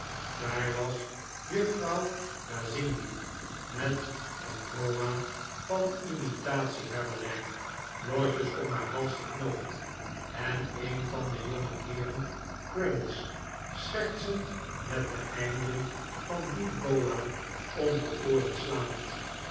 daar was juffrouw gazingi met een boa van imifatie hermelijn losjes om haar hals geknoopt en een van de jongeheeren crummies schertsend met de einden van die boa om de oorera slaand